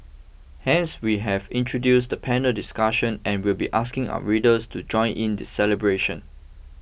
hence we have introduced the panel discussion and we'll be asking our readers to join in the celebration